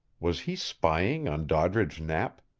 was he spying on doddridge knapp?